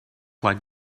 like